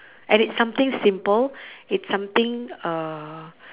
and it's something simple it's something uh